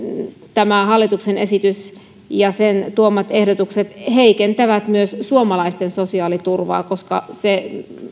tämä hallituksen esitys ja sen tuomat ehdotukset heikentävät myös suomalaisten sosiaaliturvaa se